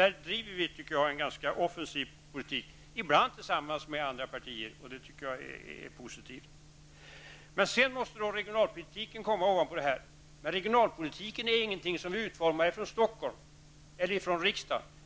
att vi driver en ganska offensiv politik, ibland tillsammans med andra partier, vilket jag tycker är positivt. Ovanpå detta måste regionalpolitiken tas in. Men regionalpolitiken är inte något som vi utformar från Stockholm eller från riksdagen.